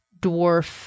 dwarf